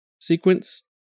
sequence